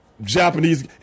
Japanese